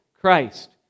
Christ